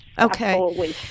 okay